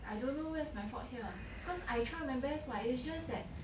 I don't know where's my fault here cause I try my best what it's just that